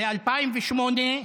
ב-2008,